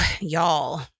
y'all